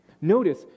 Notice